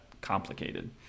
complicated